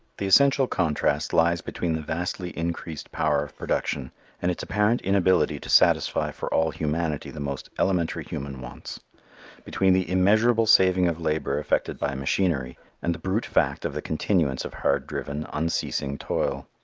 the essential contrast lies between the vastly increased power of production and its apparent inability to satisfy for all humanity the most elementary human wants between the immeasurable saving of labor effected by machinery and the brute fact of the continuance of hard-driven, unceasing toil.